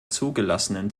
zugelassenen